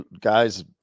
guys